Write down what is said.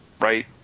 right